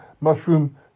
mushroom